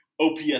OPS